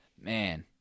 man